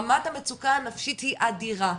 רמת המצוקה הנפשית היא אדירה,